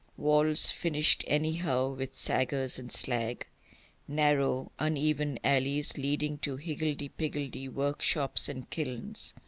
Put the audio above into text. walls finished anyhow with saggars and slag narrow uneven alleys leading to higgledy-piggledy workshops and kilns